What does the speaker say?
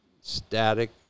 static